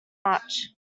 much